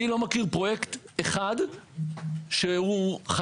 אני לא מכיר פרויקט אחד שהוא חדש,